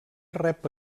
rep